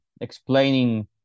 explaining